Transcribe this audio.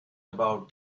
about